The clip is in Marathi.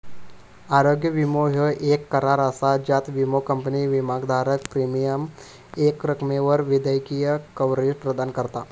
आरोग्य विमो ह्यो येक करार असा ज्यात विमो कंपनी विमाधारकाक प्रीमियम रकमेक वैद्यकीय कव्हरेज प्रदान करता